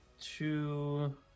two